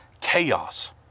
chaos